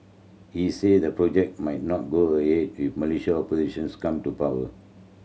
he said the project might not go ahead if Malaysia's opposition come to power